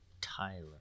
Tyler